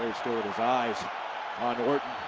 stored his eyes on orton,